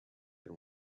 than